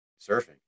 surfing